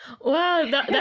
wow